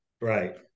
Right